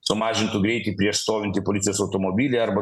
sumažintų greitį prieš stovintį policijos automobilį arba